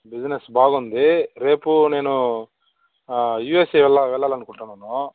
business బాగుంది రేపు నేను యూఏస్ఏ వెళ్ళ వెళ్ళాలని అనుకుంటున్నాను